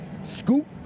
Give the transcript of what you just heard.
scoop